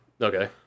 Okay